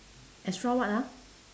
extra what ah